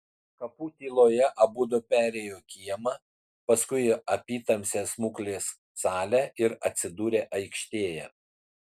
kapų tyloje abudu perėjo kiemą paskui apytamsę smuklės salę ir atsidūrė aikštėje